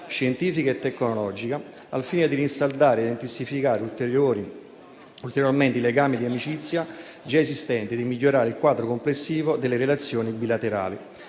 scientifica e tecnologica, al fine di rinsaldare e intensificare ulteriormente i legami di amicizia già esistenti e di migliorare il quadro complessivo delle relazioni bilaterali.